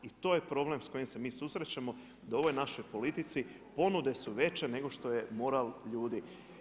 I to je problem s kojim se mi susrećemo da ovoj našoj politici ponude su veće nego što je moral ljudi.